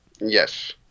Yes